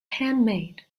handmade